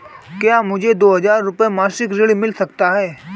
क्या मुझे दो हज़ार रुपये मासिक ऋण मिल सकता है?